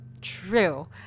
true